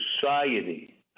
society